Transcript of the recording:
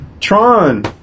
Tron